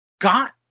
got